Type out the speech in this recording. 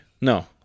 No